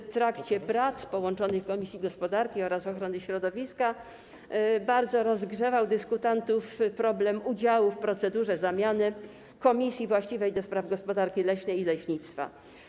W trakcie prac połączonych komisji gospodarki oraz ochrony środowiska bardzo rozgrzewał dyskutantów problem udziału w procedurze zamiany komisji właściwej do spraw gospodarki leśnej i leśnictwa.